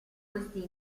questi